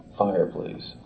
fireplace